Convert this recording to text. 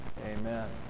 amen